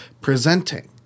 presenting